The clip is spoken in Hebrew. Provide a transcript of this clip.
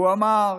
הוא אמר